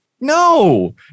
No